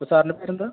സാറിൻ്റെ പേരെന്താണ്